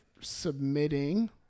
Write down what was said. submitting